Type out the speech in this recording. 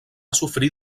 sofrir